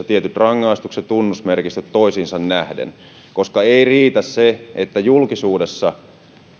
tietyt rangaistukset ja tunnusmerkistöt johdonmukaisessa suhteessa toisiinsa nähden koska ei riitä se että julkisuudessa